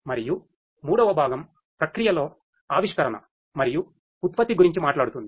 మరియు మూడవ భాగం ప్రక్రియలో ఆవిష్కరణ మరియు ఉత్పత్తి గురించి మాట్లాడుతుంది